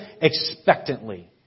expectantly